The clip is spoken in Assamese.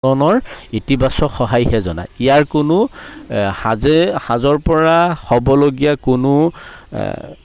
নৰ ইতিবাচক সহায়হে জনায় ইয়াৰ কোনো এ সাঁজে সাঁজৰ পৰা হ'বলগীয়া কোনো